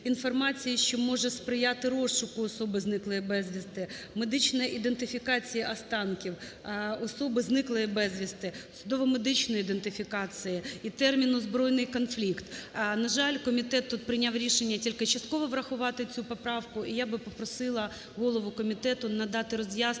"інформація, що може сприяти розшуку особи, зниклої безвісти", "медична ідентифікація останків особи, зниклої безвісти", "судово-медичної ідентифікації" і терміну "збройний конфлікт". На жаль, комітет тут прийняв рішення тільки частково врахувати цю поправку, і я би попросила голову комітету надати роз'яснення